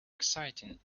exciting